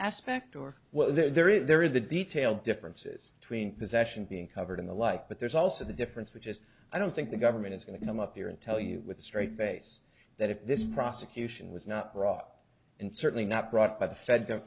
aspect or what there is there is the detail differences between possession being covered in the like but there's also the difference which is i don't think the government is going to come up here and tell you with a straight face that if this prosecution was not brought in certainly not brought by the fed